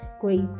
great